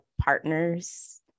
partners